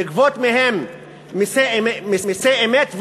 לגבות מהם מסי אמת,